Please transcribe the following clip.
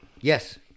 Yes